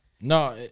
No